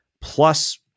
plus